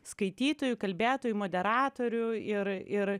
skaitytojų kalbėtojų moderatorių ir ir